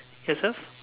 yourself